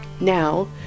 Now